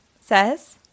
says